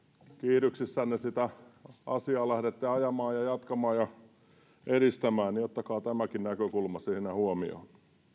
kiihdyksissänne sitä asiaa lähdette ajamaan ja jatkamaan ja edistämään niin ottakaa tämäkin näkökulma siinä huomioon